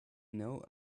know